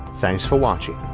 thanks for watching,